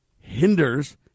hinders